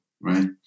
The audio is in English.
right